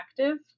active